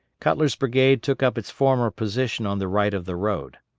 cutler's brigade took up its former position on the right of the road.